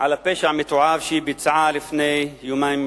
על הפשע המתועב שהיא ביצעה לפני יומיים,